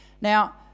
Now